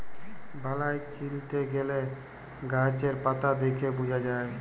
বালাই চিলতে গ্যালে গাহাচের পাতা দ্যাইখে বুঝা যায়